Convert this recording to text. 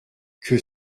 que